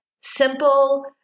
simple